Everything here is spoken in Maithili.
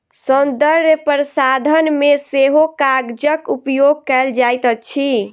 सौन्दर्य प्रसाधन मे सेहो कागजक उपयोग कएल जाइत अछि